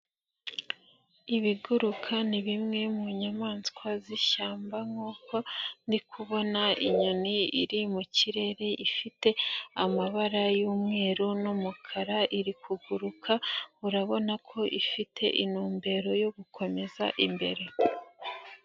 Ibiguruka ni bimwe mu nyamaswa z'ishyamba nkuko ndi kubona inyoni iri mu kirere ifite amabara y'umweru n'umukara iri kuguruka urabona ko ifite intumbero yo gukomeza imbere.